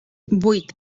vuit